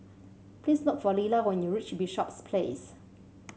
please look for Lilla when you reach Bishops Place